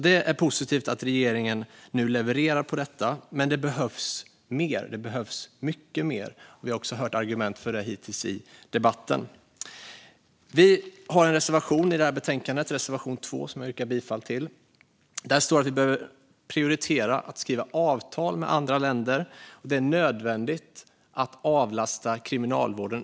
Det är positivt att regeringen nu levererar, men det behövs mycket mer. Vi har också hört argument för det i debatten. Vi har en reservation i betänkandet, reservation 2, som jag yrkar bifall till. Där står att Sverige bör prioritera att skriva avtal med andra länder. Det är nödvändigt för att avlasta kriminalvården.